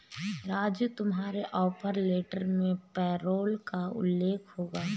राजू तुम्हारे offer letter में payroll का उल्लेख होगा